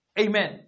Amen